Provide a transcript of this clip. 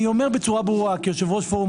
אני אומר בצורה ברורה כיושב-ראש פורום